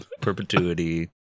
perpetuity